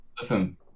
Listen